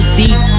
deep